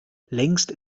längst